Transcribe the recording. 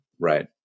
right